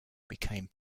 became